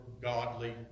godly